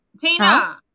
Tina